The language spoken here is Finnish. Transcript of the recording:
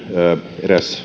eräs